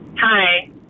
Hi